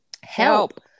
help